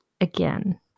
again